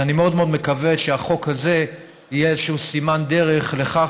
אז אני מאוד מאוד מקווה שהחוק הזה יהיה סימן דרך לכך